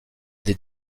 des